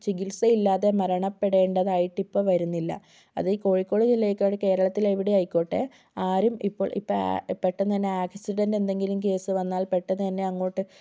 ചികിത്സ ഇല്ലാതെ മരണപെടേണ്ടതായിട്ട് ഇപ്പം വരുന്നില്ല അതീ കോഴിക്കോട് ജില്ലയിലായിക്കോട്ടെ കേരളത്തിൽ എവിടെയും ആയിക്കോട്ടെ ആരും ഇപ്പൊൾ ഇപ്പം പെട്ടെന്ന് തന്നെ ആക്സിഡന്റ് എന്തെങ്കിലും കേസ് വന്നാൽ പെട്ടെന്ന് തന്നെ അങ്ങോട്ട്